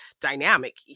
dynamic